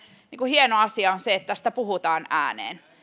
hieno asia on se että tästä puhutaan ääneen